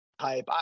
type